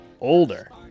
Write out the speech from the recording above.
older